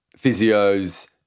physios